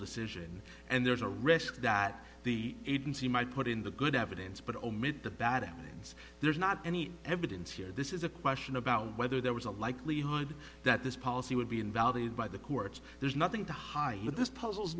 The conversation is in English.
decision and there's a risk that the agency might put in the good evidence but omit the bad things there's not any evidence here this is a question about whether there was a likelihood that this policy would be invalidated by the courts there's nothing to hide but this puzzles